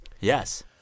yes